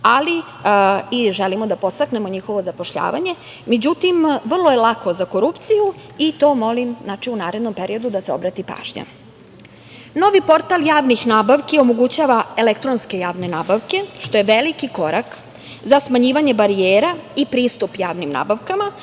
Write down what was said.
i želimo da podstaknemo njihovo zapošljavanje, međutim vrlo je lako za korupciju i na to molim u narednom periodu da se obrati pažnja. Novi portal javnih nabavki omogućava elektronske javne nabavke, što je veliki korak za smanjivanje barijera i pristup javnim nabavkama,